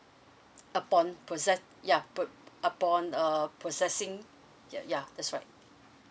upon process ya put upon err processing ya ya that's right